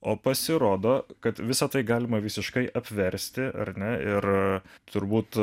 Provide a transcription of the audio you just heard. o pasirodo kad visa tai galima visiškai apversti ar ne ir turbūt